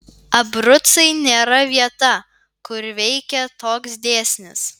abrucai nėra vieta kur veikia toks dėsnis